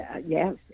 yes